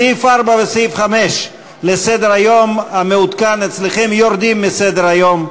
סעיף 4 וסעיף 5 לסדר-היום המעודכן אצלכם יורדים מסדר-היום.